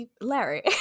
Larry